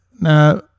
now